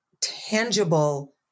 tangible